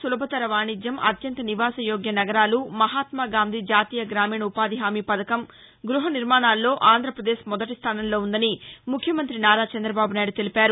సులభతర వాణిజ్యం అత్యంత నివాసయోగ్య నగరాలు మహాత్మాగాంధీ జాతీయగ్రామీణ ఉపాధి హామీ పధకం గృహనిర్మాణాల్లో ఆంధ్రపదేశ్ మొదటిస్టానంలో ఉందని ముఖ్యమంతి నారా చందబాబునాయుడు తెలిపారు